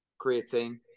creatine